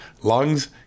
lungs